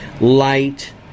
Light